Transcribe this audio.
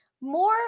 more